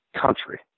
country